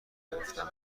گرفتم